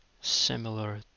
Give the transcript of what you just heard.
similar